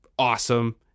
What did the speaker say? awesome